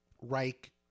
Reich